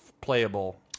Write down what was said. playable